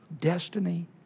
destiny